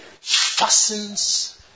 Fastens